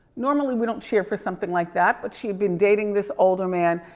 normally we don't cheer for something like that, but she had been dating this older man,